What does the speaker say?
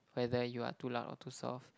whether you are too loud or too soft